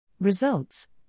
Results